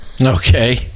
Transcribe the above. Okay